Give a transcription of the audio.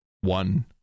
one